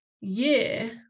year